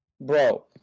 Bro